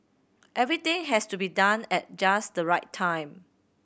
everything has to be done at just the right time